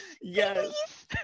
Yes